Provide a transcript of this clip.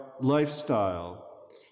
lifestyle